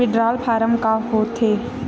withdrawal form का होथेय